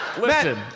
Listen